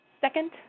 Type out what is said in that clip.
second